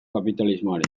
kapitalismoari